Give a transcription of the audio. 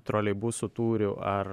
troleibusų tūrių ar